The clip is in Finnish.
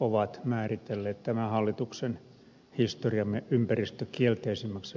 ovat määritelleet tämän hallituksen historiamme ympäristökielteisimmäksi hallitukseksi